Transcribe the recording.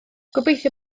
gobeithio